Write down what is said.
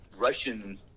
Russian